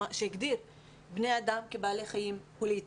שהגדיר - בני אדם כבעלי חיים פוליטיים.